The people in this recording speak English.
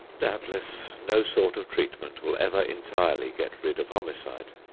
doubtless no sort of treatment will ever entirely get rid of homicide.